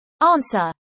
Answer